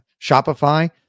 Shopify